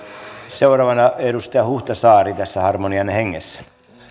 seuraavana edustaja huhtasaari tässä harmonian hengessä